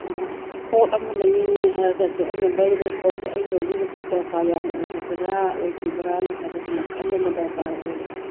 ꯄꯣꯠ ꯑꯃ ꯂꯩꯅꯤꯡꯉꯦ ꯍꯥꯏꯔꯒꯁꯨ ꯑꯩꯅ ꯂꯩꯒꯗꯧꯔꯤꯕ ꯄꯣꯠꯁꯦ ꯑꯩꯒꯤ ꯍꯧꯖꯤꯛ ꯍꯧꯖꯤꯛ ꯗꯔꯀꯥꯔ ꯌꯥꯝꯅ ꯑꯣꯏꯔꯕ꯭ꯔꯥ ꯑꯣꯏꯗ꯭ꯔꯤꯕ꯭ꯔꯥꯅ ꯍꯥꯏꯕꯗꯨꯃ ꯈꯟꯕ ꯑꯃ ꯗꯔꯀꯥꯔ ꯑꯣꯏꯌꯦ